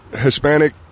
Hispanic